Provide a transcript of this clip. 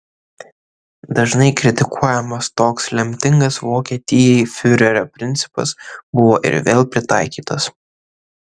dažnai kritikuojamas toks lemtingas vokietijai fiurerio principas buvo ir vėl pritaikytas